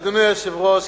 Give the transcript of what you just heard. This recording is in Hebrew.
אדוני היושב-ראש,